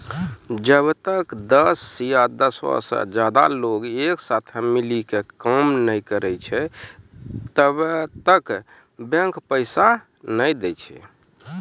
जब्बै तक दस या दसो से ज्यादे लोग एक साथे मिली के काम नै करै छै तब्बै तक बैंक पैसा नै दै छै